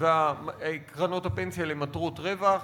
וקרנות הפנסיה למטרות רווח,